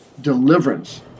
Deliverance